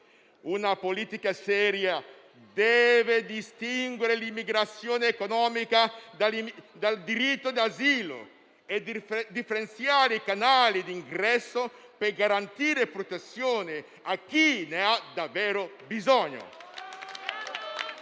Una politica seria deve distinguere l'immigrazione economica dal diritto d'asilo e differenziare i canali di ingresso per garantire protezione a chi ne ha davvero bisogno